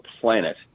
planet